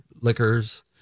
Liquors